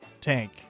tank